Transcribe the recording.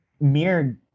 mere